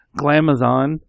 Glamazon